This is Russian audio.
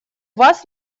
вас